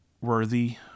worthy